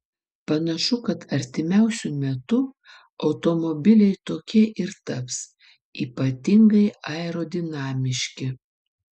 panašu kad artimiausiu metu automobiliai tokie ir taps ypatingai aerodinamiški